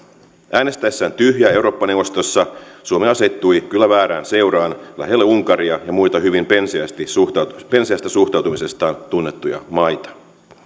äänestäessään tyhjää eurooppa neuvostossa suomi asettui kyllä väärään seuraan lähelle unkaria ja muita hyvin penseästä suhtautumisestaan tunnettuja maita